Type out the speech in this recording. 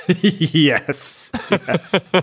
Yes